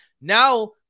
Now